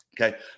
Okay